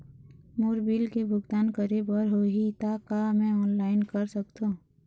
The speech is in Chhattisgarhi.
मोर बिल के भुगतान करे बर होही ता का मैं ऑनलाइन कर सकथों?